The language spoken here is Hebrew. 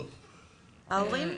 ההורים?